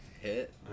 hit